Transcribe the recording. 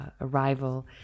arrival